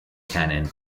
canon